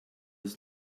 was